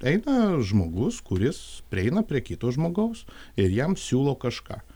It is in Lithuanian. eina žmogus kuris prieina prie kito žmogaus ir jam siūlo kažką